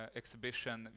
exhibition